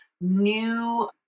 new